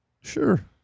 Sure